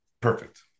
Perfect